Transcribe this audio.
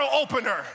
opener